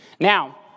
Now